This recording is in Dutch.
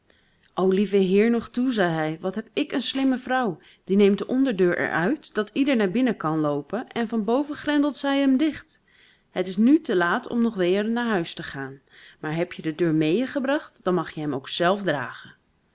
o lieve heer nog toe zei hij wat heb ik een slimme vrouw die neemt de onderdeur er uit dat ieder naar binnen kan loopen en van boven grendelt zij hem dicht het is nu te laat om nog weêr naar huis te gaan maar heb je de deur meêgebracht dan mag je hem ook zelf dragen